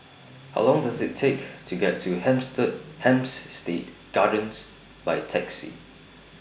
How Long Does IT Take to get to stead Gardens By Taxi